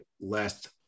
last